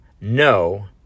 no